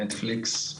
נטפליקס,